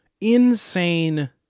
insane